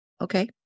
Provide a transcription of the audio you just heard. okay